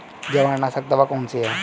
जवार नाशक दवा कौन सी है?